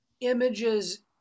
images